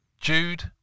Jude